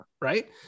right